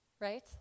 right